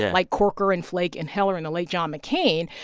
like corker and flake and heller and the late john mccain.